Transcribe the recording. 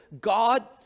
God